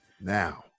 now